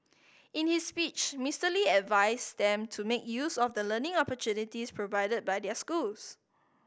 in his speech Mister Lee advised them to make use of the learning opportunities provided by their schools